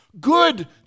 good